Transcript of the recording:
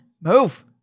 move